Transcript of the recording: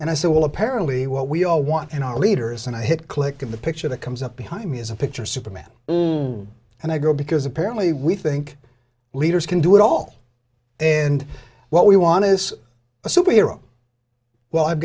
and i said well apparently what we all want in our leaders and i hit click of the picture that comes up behind me is a picture superman and i go because apparently we think leaders can do it all and what we want is a superhero well i've